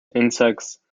insects